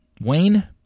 Wayne